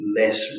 Less